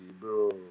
bro